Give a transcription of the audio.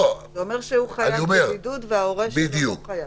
זה אומר שהוא חייב בבידוד וההורה שלו לא חייב.